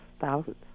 thousands